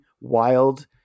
wild